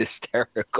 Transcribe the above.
hysterical